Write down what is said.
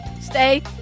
stay